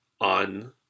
on